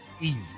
easy